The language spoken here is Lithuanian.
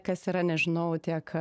kas yra nežinau tiek